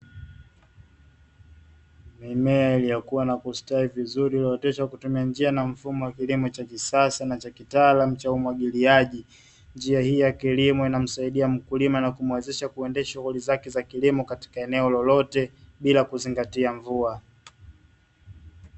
Mimea iliyokuwa na kustawi vizuri iliyooteshwa kwa kutumia njia na mfumo wa kilimo cha kisasa na kitaalamu cha umwagiliaji, njia hii ya kilimo inamsaidia mkulima na kumuwezesha kuendesha shughuli zake za kilimo katika eneo lolote bila kuzingatia mvua.